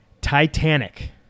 Titanic